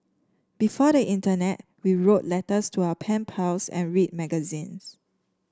before the internet we wrote letters to our pen pals and read magazines